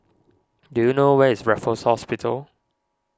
do you know where is Raffles Hospital